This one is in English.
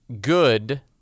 good